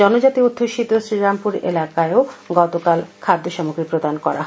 জনজাতি অধ্যুষিত শ্রীরামপুর এলাকায়ও গতকাল খাদ্য সামগ্রী প্রদান করা হয়